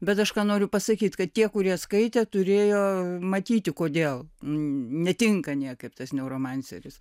bet aš ką noriu pasakyt kad tie kurie skaitė turėjo matyti kodėl netinka niekaip tas neuromanceris